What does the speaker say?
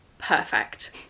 perfect